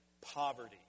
poverty